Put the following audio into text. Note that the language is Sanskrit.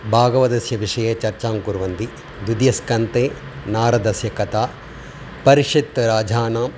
भागवतस्य विषये चर्चां कुर्वन्ति द्वितीयस्कन्दे नारदस्य कथा परीक्षित राजानम्